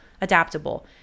adaptable